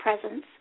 presence